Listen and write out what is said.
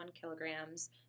kilograms